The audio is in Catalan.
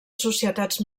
societats